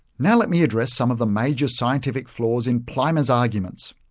now let me address some of the major scientific flaws in plimer's arguments.